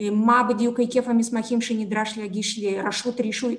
מה בדיוק היקף המסמכים שנדרש להגיש לרשות הרישוי.